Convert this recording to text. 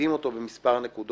מורידים אותו במספר נקודות